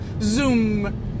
Zoom